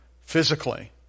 physically